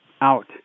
out